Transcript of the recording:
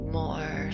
more